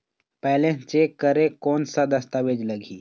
Balance check करें कोन सा दस्तावेज लगी?